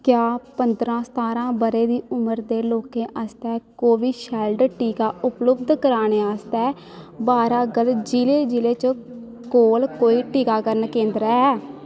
क्या पंदरां सतारां ब'रे दी उमर दे लोकें आस्तै कोविशैल्ड टीका उपलब्ध कराने आस्तै वारागर जि'ले जि'ले च कोल कोई टीकाकरण केंदर ऐ